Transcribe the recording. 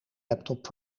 laptop